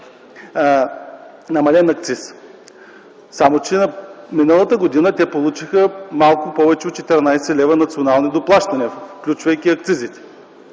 намален акцизът. Само че, миналата година получиха малко повече от 14 лв. национални доплащания, включвайки акцизите.